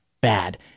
bad